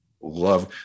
Love